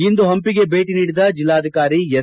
ಇಂದು ಪಂಪಿಗೆ ಭೇಟಿ ನೀಡಿದ ಜಿಲ್ಲಾಧಿಕಾರಿ ಎಸ್